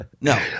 No